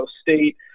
State